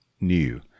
new